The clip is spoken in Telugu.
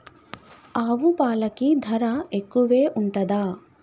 ఆవు పాలకి ధర ఎక్కువే ఉంటదా?